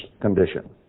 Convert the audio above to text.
condition